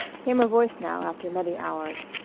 came a voice now after many hours.